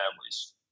families